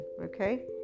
okay